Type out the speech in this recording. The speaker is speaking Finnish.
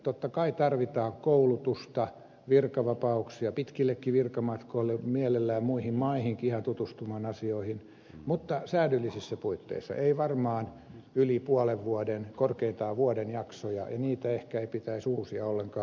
totta kai tarvitaan koulutusta virkavapauksia pitkillekin virkamatkoille mielellään muihin maihinkin ihan tutustumaan asioihin mutta säädyllisissä puitteissa ei varmaan yli puolen vuoden korkeintaan vuoden jaksoja ja niitä ei ehkä pitäisi uusia ollenkaan